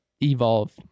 evolve